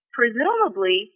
presumably